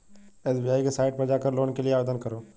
SBI की site पर जाकर लोन के लिए आवेदन करो